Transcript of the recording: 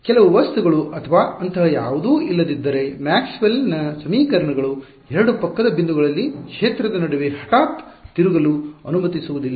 ಕೆಲವು ವಸ್ತುಗಳು ಅಥವಾ ಅಂತಹ ಯಾವುದೂ ಇಲ್ಲದಿದ್ದರೆ ಮ್ಯಾಕ್ಸ್ವೆಲ್ Maxwell's ನ ಸಮೀಕರಣಗಳು 2 ಪಕ್ಕದ ಬಿಂದುಗಳಲ್ಲಿ ಕ್ಷೇತ್ರದ ನಡುವೆ ಹಠಾತ್ ತಿರುಗಲು ಅನುಮತಿಸುವುದಿಲ್ಲ